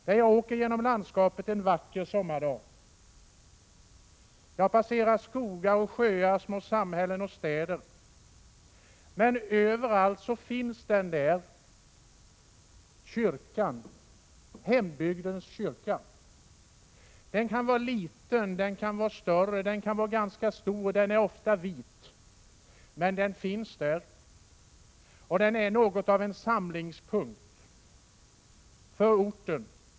När jag åker genom landskapet en vacker sommardag och passerar skogar, sjöar, små samhällen och städer finns där överallt också en kyrka, hembygdens kyrka. Den kan vara liten, större eller ganska stor, och den är ofta vit, men den finns där och är något av en samlingspunkt för orten.